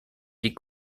die